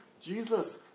jesus